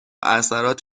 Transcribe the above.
اثرات